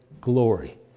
glory